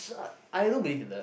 I don't believe in the